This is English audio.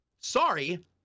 Sorry